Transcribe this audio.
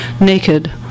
naked